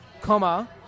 comma